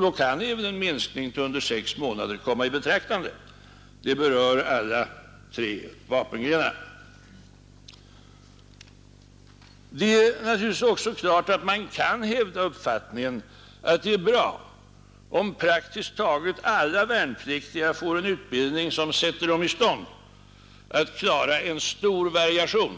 Då kan även en minskning till under sex månader komma i betraktande. Det berör alla tre vapengrenarna. Det är naturligtvis också klart att man kan hävda uppfattningen att det är bra om praktiskt taget alla värnpliktiga får en utbildning som sätter dem i stånd att klara en stor variation